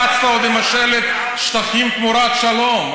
אני זוכר שרצת עוד עם השלט שטחים תמורת שלום.